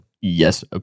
Yes